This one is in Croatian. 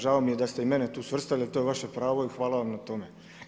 Žao mi je da ste i mene tu svrstali, ali to je vaše pravo i hvala vam na tome.